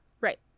Right